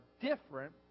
different